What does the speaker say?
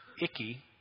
Icky